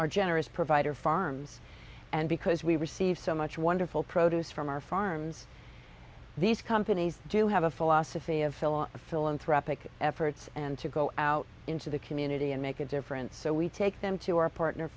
are generous provider farms and because we receive so much wonderful produce from our farms these companies do have a philosophy of phila philanthropic efforts and to go out into the community and make a difference so we take them to our partner